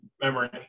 memory